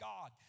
God